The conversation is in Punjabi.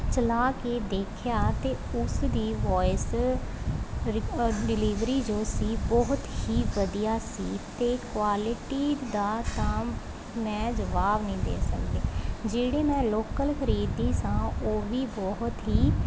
ਚਲਾ ਕੇ ਦੇਖਿਆ ਤਾਂ ਉਸ ਦੀ ਵੋਇਸ ਰਿਕ ਡਿਲੀਵਰੀ ਜੋ ਸੀ ਬਹੁਤ ਹੀ ਵਧੀਆ ਸੀ ਅਤੇ ਕੁਆਲਿਟੀ ਦਾ ਤਾਂ ਮੈਂ ਜਵਾਬ ਨਹੀਂ ਦੇ ਸਕਦੀ ਜਿਹੜੇ ਮੈਂ ਲੋਕਲ ਖਰੀਦਦੀ ਸਾਂ ਉਹ ਵੀ ਬਹੁਤ ਹੀ